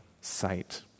sight